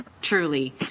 Truly